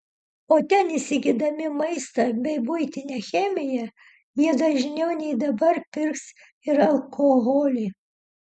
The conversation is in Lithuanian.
o ten įsigydami maistą bei buitinę chemiją jie dažniau nei dabar pirks ir alkoholį